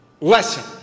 lesson